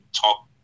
talk